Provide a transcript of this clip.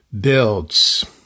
builds